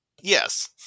Yes